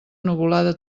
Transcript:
nuvolada